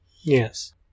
Yes